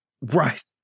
Right